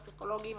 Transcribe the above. הפסיכולוגים,